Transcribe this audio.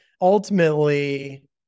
Ultimately